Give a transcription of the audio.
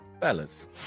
Fellas